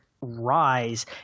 rise